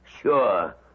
Sure